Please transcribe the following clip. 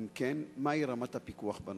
2. אם כן, מה היא רמת הפיקוח בנושא?